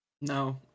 No